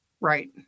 Right